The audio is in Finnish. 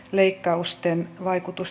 arvoisa puhemies